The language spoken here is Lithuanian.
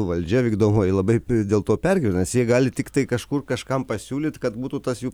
valdžia vykdomoji labai dėl to pergyvena nes jie gali tiktai kažkur kažkam pasiūlyt kad būtų tas jų